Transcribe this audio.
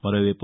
మరోవైపు